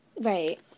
Right